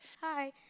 Hi